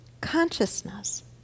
Consciousness